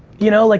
you know, like